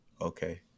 Okay